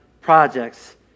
projects